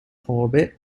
orbit